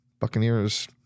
Buccaneers